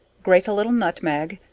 grate a little nutmeg,